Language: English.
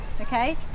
okay